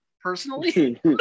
personally